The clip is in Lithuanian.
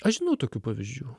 aš žinau tokių pavyzdžių